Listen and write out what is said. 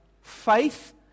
faith